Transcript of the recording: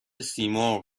سیمرغ